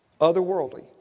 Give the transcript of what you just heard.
Otherworldly